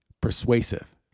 persuasive